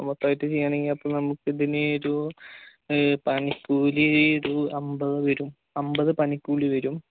മൊത്തമായിട്ട് ചെയുകയാണെങ്കിൽ അപ്പം നമുക്ക് ഇതിന് ഇതു പണിക്കൂലി ഇതു അമ്പത് വരും അമ്പത് പണിക്കൂലി വരും